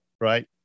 right